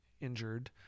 injured